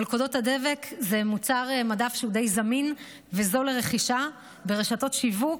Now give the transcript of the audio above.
מלכודות הדבק הן מוצר מדף שהוא די זמין וזול לרכישה ברשתות שיווק,